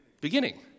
beginning